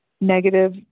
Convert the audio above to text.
negative